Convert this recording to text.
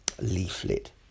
Leaflet